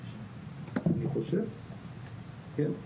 אני חושב, כן.